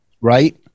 right